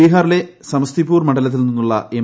ബിഹാറിലെ സമസ്തിപൂർ മണ്ഡലത്തിൽ നിന്നുള്ള എം